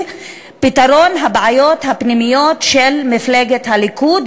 פתרון הבעיות הפנימיות של מפלגת הליכוד,